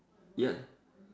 ya